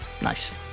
Nice